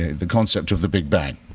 the concept of the big bang.